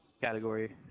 category